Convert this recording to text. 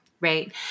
right